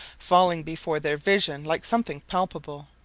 falling before their vision like something palpable.